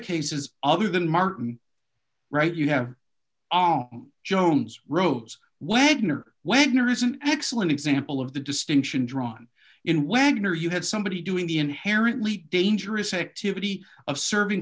cases other than martin right you have our jones wrote wagner wagner is an excellent example of the distinction drawn in wagner you had somebody doing the inherently dangerous activity of serving